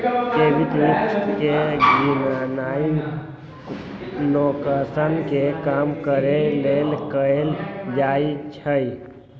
credit risk के गीणनाइ नोकसान के कम करेके लेल कएल जाइ छइ